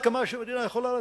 עד כמה שמדינה יכולה לתת.